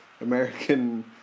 American